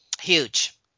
huge